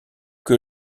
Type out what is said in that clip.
que